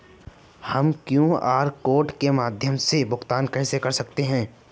हम QR code के माध्यम से भुगतान कैसे कर सकते हैं?